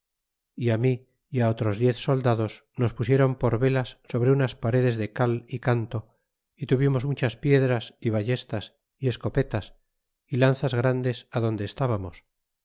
é mi e á otros diez soldados nos pusieron por velas sobre unas paredes de cal y canto y tuvimos muchas piedras é ballestas y escopetas y lanzas grandes adonde estábamos